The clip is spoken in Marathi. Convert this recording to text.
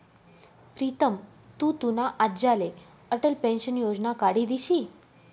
प्रीतम तु तुना आज्लाले अटल पेंशन योजना काढी दिशी